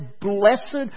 blessed